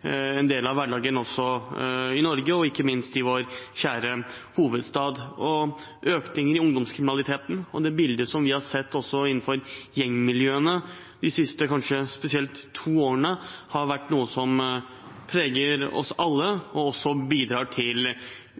en del av hverdagen også i Norge, og ikke minst i vår kjære hovedstad. Økningen i ungdomskriminaliteten og det bildet vi har sett innenfor gjengmiljøene kanskje spesielt de to siste årene, er noe som preger oss alle, og som bidrar til